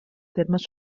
termes